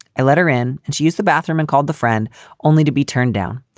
i let her in and she use the bathroom and called the friend only to be turned down.